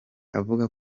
avuga